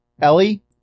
Ellie